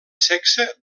sexe